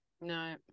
no